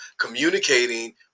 communicating